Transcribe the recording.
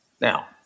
Now